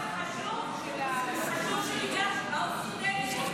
לא, זה חשוב --- סטודנטים.